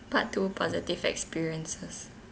part two positive experiences